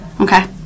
Okay